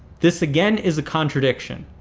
this again is a contradiction.